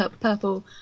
purple